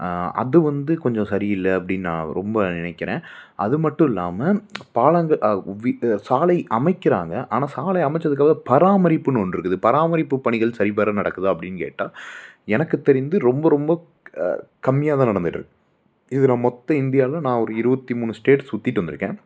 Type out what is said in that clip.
அது வந்து கொஞ்சம் சரியில்லை அப்படின்னு நான் ரொம்ப நினைக்கிறேன் அது மட்டும் இல்லாமல் பாலங்கள் சாலை அமைக்கிறாங்க ஆனால் சாலை அமைத்ததுக்கப்பறம் பராமரிப்புன்னு ஒன்று இருக்குது பராமரிப்பு பணிகள் சரி வர நடக்குதா அப்படின்னு கேட்டால் எனக்கு தெரிந்து ரொம்ப ரொம்ப கம்மியாக தான் நடந்துட்டுருக்கு இதில் மொத்த இந்தியாவில் நான் ஒரு இருபத்தி மூணு ஸ்டேட் சுத்திட்டு வந்திருக்கேன்